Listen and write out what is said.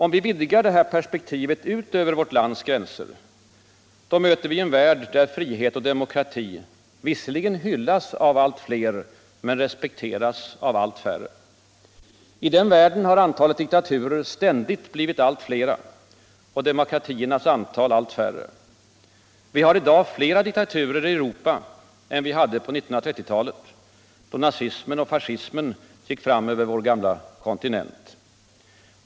Om vi vidgar detta perspektiv utöver vårt lands gränser, möter vi en värld där frihet och demokrati visserligen hyllas av allt fler men respekteras av allt färre. I den världen har antalet diktaturer ständigt blivit allt flera och demokratiernas antal allt mindre. Vi har i dag flera diktaturer i Europa än vi hade på 1930-talet, då nazismen och fascismen gick fram över vår gamla kontinent.